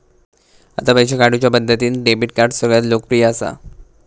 आता पैशे काढुच्या पद्धतींत डेबीट कार्ड सगळ्यांत लोकप्रिय असा